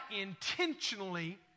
intentionally